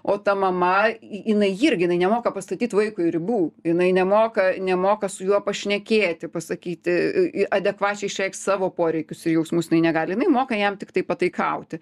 o ta mama jinai irgi jinai nemoka pastatyt vaikui ribų jinai nemoka nemoka su juo pašnekėti pasakyti į adekvačiai išreikšt savo poreikius ir jausmus jinai negali jinai moka jam tiktai pataikauti